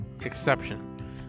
exception